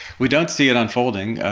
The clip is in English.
we don't see it unfolding,